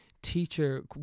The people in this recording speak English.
Teacher